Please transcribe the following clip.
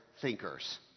thinkers